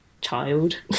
child